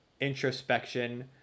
introspection